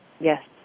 Yes